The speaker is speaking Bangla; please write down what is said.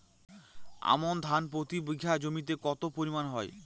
আমন ধান প্রতি বিঘা জমিতে কতো পরিমাণ হয়?